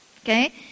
Okay